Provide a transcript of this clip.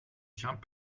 tient